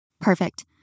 Perfect